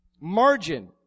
Margin